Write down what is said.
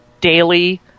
daily